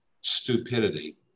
stupidity